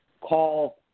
call